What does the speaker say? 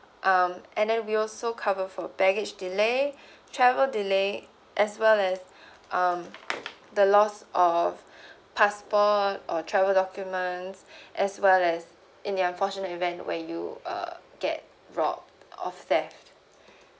um and then we also cover for baggage delay travel delay as well as um the loss of passport or travel documents as well as in the unfortunate event where you uh get robbed or theft